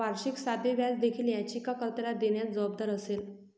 वार्षिक साधे व्याज देखील याचिका कर्त्याला देण्यास जबाबदार असेल